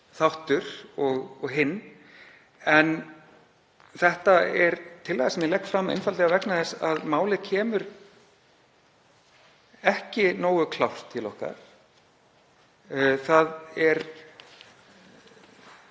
þáttur og hinn. En þetta er tillaga sem ég legg fram einfaldlega vegna þess að málið kemur ekki nógu klárt til okkar. Samband